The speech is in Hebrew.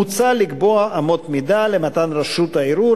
מוצע לקבוע אמות מידה למתן רשות ערעור